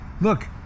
look